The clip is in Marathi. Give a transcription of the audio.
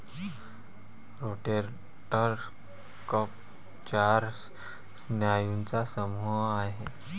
रोटेटर कफ चार स्नायूंचा समूह आहे